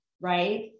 right